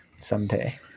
someday